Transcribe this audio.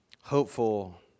hopeful